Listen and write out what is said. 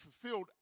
fulfilled